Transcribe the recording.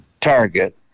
target